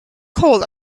cold